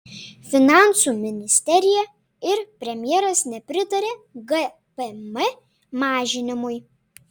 finansų ministerija ir premjeras nepritaria gpm mažinimui